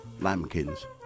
lambkins